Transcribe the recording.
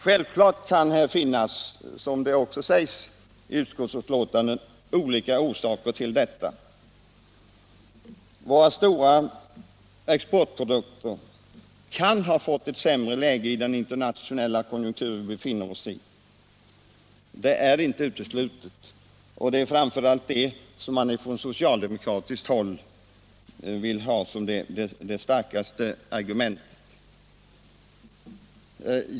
Självklart kan det, som också sägs i betänkandet, finnas olika orsaker till detta. Våra stora exportprodukter kan ha fått ett sämre läge i den internationella konjunktur som vi befinner oss i. Det är inte uteslutet, och det är framför allt detta som socialdemokraterna framhåller.